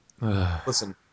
Listen